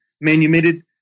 manumitted